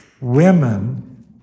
Women